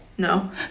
no